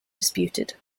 disputed